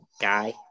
guy